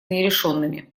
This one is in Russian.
нерешенными